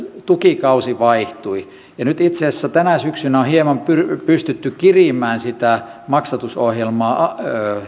tukikausi vaihtui ja nyt itse asiassa tänä syksynä on hieman pystytty kirimään sitä maksatusohjelmaa